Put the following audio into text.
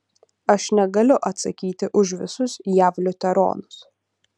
aš negaliu atsakyti už visus jav liuteronus